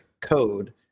code